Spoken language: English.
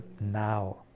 now